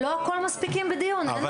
לא הכל מספיקים בדיון, אין מה לעשות.